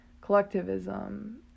collectivism